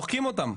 דוחקים אותם.